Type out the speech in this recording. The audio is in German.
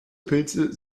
pilze